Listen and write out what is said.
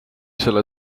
selle